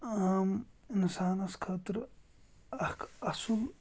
عام اِنسانَس خٲطرٕ اَکھ اَصُل